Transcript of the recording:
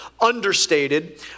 understated